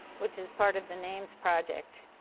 which is part of the names project.